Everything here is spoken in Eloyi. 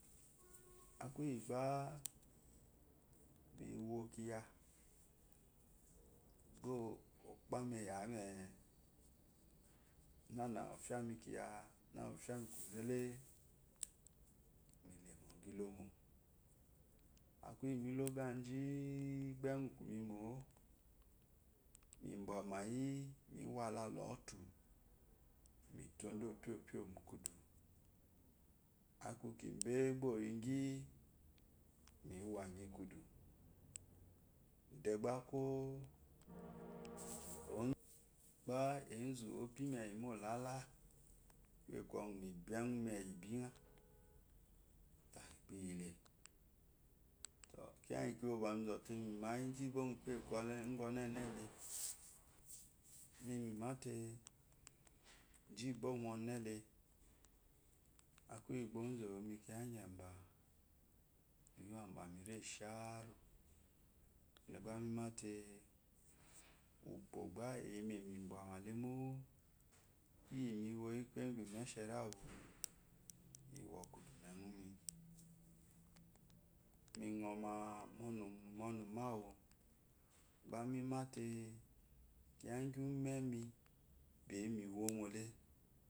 akuyibga miwo kiya gba okpami eyame na ofani kiya ofyami kuzele mue mu oga ilomo akuyi miloga ji gba enwu ikumimo mibwameyi miwalalootu. mitodu opyopyo mu kudu aku ki be oyigyi miwagyi mu kudu aku ki be oyigyi miwa gyi kudu degba ko enzu obim eyii lala kuye kwɔgu mi biemi eyi binga tayi gba iyile to kiya gyi kiyi bwa mizote mimayi ji ba mu kuye ngu onenle nuyi mimate akuyi gba ozu ewomi kiya gyaba miwaba mire sharu da gba mimate ukpo gbe eyeme mi bwama lemo iyi bwɔkwɔ mimoyi mu kuye su meshen awu iyi miwo kudu mu enwumi mingoma mu onugawu gba milote kiya gyi umemi beyi miwomole.